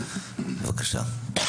בבקשה.